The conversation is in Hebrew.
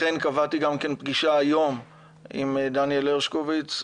לכן קבעתי גם פגישה היום עם דניאל הרשקוביץ,